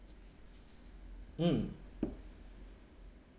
mm